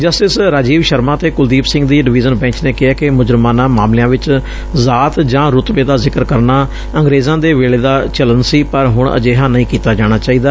justice Rajiv Sharma ਅਤੇ ਕੁਲਦੀਪ ਸਿੰਘ ਦੀ division bench ਨੇ ਕਿਹੈ ਕਿ ਮੁਜਰਮਾਨਾ ਮਾਮਲਿਆਂ ਵਿਚ ਜ਼ਾਤ ਜਾਂ ਰੁਤਬੇ ਦਾ ਜ਼ਿਕਰ ਕਰਨਾ ਅੰਗੇਰਜ਼ਾਂ ਦੇ ਵੇਲੇ ਦਾ ਚਲਨ ਸੀ ਪਰ ਹੁਣ ਅਜਿਹਾ ਨਹੀਂ ਕੀਤਾ ਜਾਣਾ ਚਾਹੀਦਾ